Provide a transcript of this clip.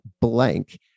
blank